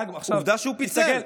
עובדה שהוא פיצל.